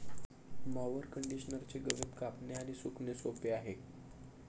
mower कंडिशनरचे गवत कापणे आणि सुकणे सोपे आहे